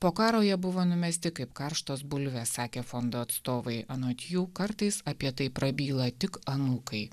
po karo jie buvo numesti kaip karštos bulvės sakė fondo atstovai anot jų kartais apie tai prabyla tik anūkai